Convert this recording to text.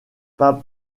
pas